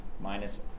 minus